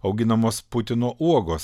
auginamos putino uogos